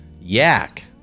yak